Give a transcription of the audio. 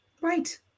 Right